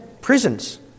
prisons